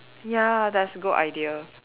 ya that's a good idea